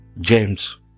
James